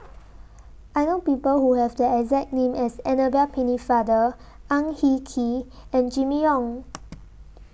I know People Who Have The exact name as Annabel Pennefather Ang Hin Kee and Jimmy Ong